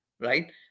right